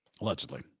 Allegedly